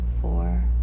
four